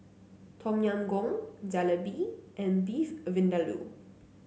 Tom Yam Goong Jalebi and Beef Vindaloo